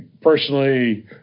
personally